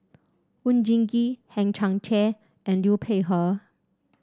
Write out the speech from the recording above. Oon Jin Gee Hang Chang Chieh and Liu Peihe